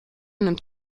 nimmt